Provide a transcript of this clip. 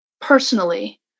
personally